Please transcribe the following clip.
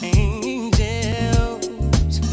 angels